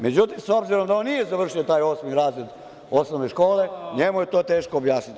Međutim, s obzirom da on nije završio taj osmi razred osnovne škole, njemu je to teško objasniti.